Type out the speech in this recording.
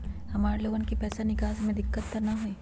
हमार लोगन के पैसा निकास में दिक्कत त न होई?